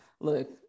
Look